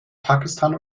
pakistan